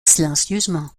silencieusement